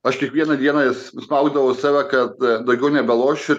aš kiekvieną dieną vis spausdavau save kad daugiau nebelošiu